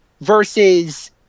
versus